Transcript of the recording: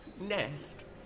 Nest